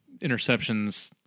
interceptions